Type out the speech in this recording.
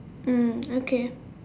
mm okay